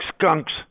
skunks